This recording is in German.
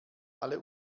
alle